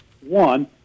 one